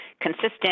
consistent